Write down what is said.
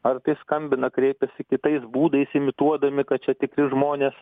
ar tai skambina kreipiasi kitais būdais imituodami kad čia tikri žmonės